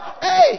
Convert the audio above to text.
Hey